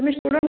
तु्म्ही श्टडून